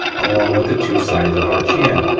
along with the two sides of our channel,